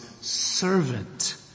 servant